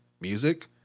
music